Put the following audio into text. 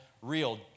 real